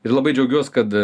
ir labai džiaugiuos kad